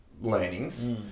learnings